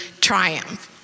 triumph